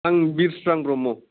आंनि बिरस्रां ब्रह्म